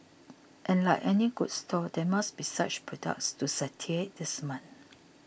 and like any good store there must be such products to satiate this man